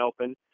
open